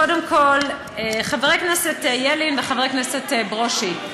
קודם כול, חבר הכנסת ילין וחבר הכנסת ברושי,